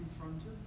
confronted